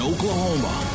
Oklahoma